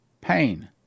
pain